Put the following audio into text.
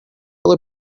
will